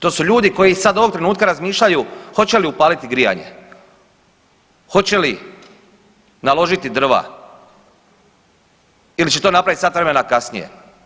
To su ljudi koji sad ovog trenutka razmišljaju hoće li upaliti grijanje, hoće li naložiti drva ili će to napraviti sat vremena kasnije.